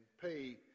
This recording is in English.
pay